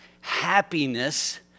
happiness